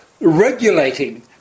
regulating